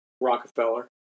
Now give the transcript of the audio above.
Rockefeller